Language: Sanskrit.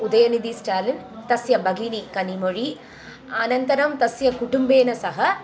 उदयनिधिस्ट्यालिन् तस्य भगिनी कनिमुरि अनन्तरं तस्य कुटुम्बेन सह